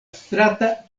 strata